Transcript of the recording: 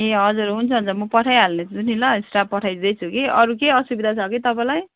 ए हजुर हुन्छ हुन्छ म पठाइहाल्ने छु नि ल स्टाफ पठाइदिँदै छु कि अरू केही असुविधा छ कि तपाईँलाई